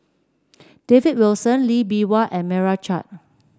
David Wilson Lee Bee Wah and Meira Chand